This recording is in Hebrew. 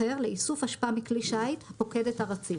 אחר לאיסוף אשפה מכלי שיט הפוקד את הרציף,